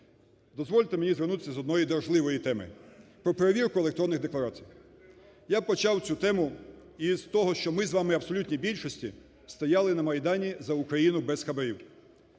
дозвольте мені звернутися з одної дражливої теми: про перевірку електронних декларацій. Я почав цю тему із того, що ми з вами в абсолютній більшості стояли на Майдані за Україну без хабарів.